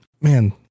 man